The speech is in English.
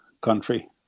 country